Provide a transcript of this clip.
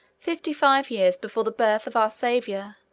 fifty-five years before the birth of our saviour,